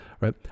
right